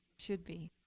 should be.